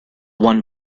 won